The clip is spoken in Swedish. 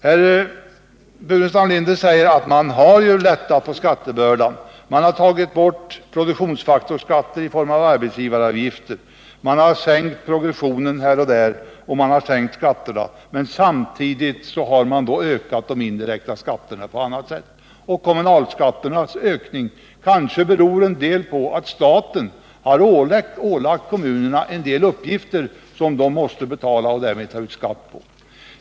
Herr Burenstam Linder säger att man har ju lättat på skattebördan — man har tagit bort produktionsfaktorsskatter i form av arbetsgivaravgifter, man har sänkt progressionen här och där, och man har sänkt skatterna. Men samtidigt har man då ökat de indirekta skatterna. Och kommunalskatternas ökning kanske till en del beror på att staten har ålagt kommunerna vissa uppgifter som de måste betala och därmed ta ut skatt för.